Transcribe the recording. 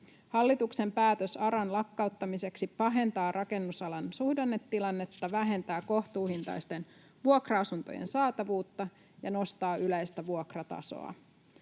Hallituksen päätös ARAn lakkauttamiseksi pahentaa rakennusalan suhdannetilannetta, vähentää kohtuuhintaisten vuokra-asuntojen saatavuutta ja nostaa yleistä vuokratasoa.